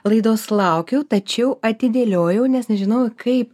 laidos laukiau tačiau atidėliojau nes nežinojau kaip